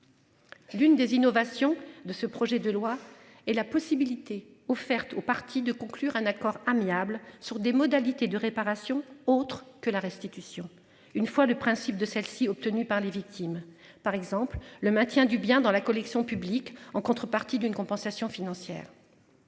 L'une des innovations de ce projet de loi et la possibilité offerte aux parties de conclure un accord amiable sur des modalités de réparation, autre que la restitution. Une fois le principe de celle-ci obtenue par les victimes par exemple le maintien du bien dans la collection publique en contrepartie d'une compensation financière.